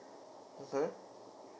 mmhmm